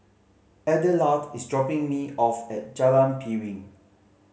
Adelard is dropping me off at Jalan Piring